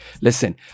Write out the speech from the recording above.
Listen